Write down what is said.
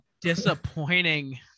disappointing